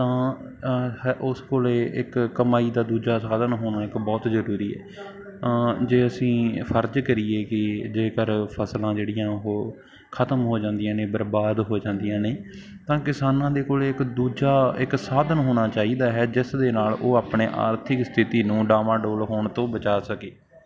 ਤਾਂ ਉਸ ਕੋਲ ਇੱਕ ਕਮਾਈ ਦਾ ਦੂਜਾ ਸਾਧਨ ਹੋਣਾ ਇੱਕ ਬਹੁਤ ਜ਼ਰੂਰੀ ਆ ਤਾਂ ਜੇ ਅਸੀਂ ਫਰਜ਼ ਕਰੀਏ ਕਿ ਜੇਕਰ ਫਸਲਾਂ ਜਿਹੜੀਆਂ ਉਹ ਖਤਮ ਹੋ ਜਾਂਦੀਆਂ ਨੇ ਬਰਬਾਦ ਹੋ ਜਾਂਦੀਆਂ ਨੇ ਤਾਂ ਕਿਸਾਨਾਂ ਦੇ ਕੋਲ ਇੱਕ ਦੂਜਾ ਇੱਕ ਸਾਧਨ ਹੋਣਾ ਚਾਹੀਦਾ ਹੈ ਜਿਸ ਦੇ ਨਾਲ ਉਹ ਆਪਣੇ ਆਰਥਿਕ ਸਥਿਤੀ ਨੂੰ ਡਾਵਾਂਡੋਲ ਹੋਣ ਤੋਂ ਬਚਾ ਸਕੇ